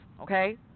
okay